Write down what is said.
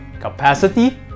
capacity